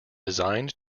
designed